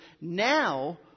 now